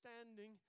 standing